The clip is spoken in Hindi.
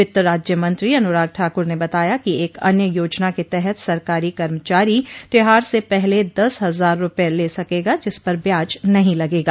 वित्त राज्यमंत्री अनुराग ठाकुर ने बताया कि एक अन्य योजना के तहत सरकारी कर्मचारी त्योहार से पहल दस हजार रूपये ले सकेगा जिस पर ब्याज नहीं लगेगा